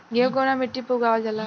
गेहूं कवना मिट्टी पर उगावल जाला?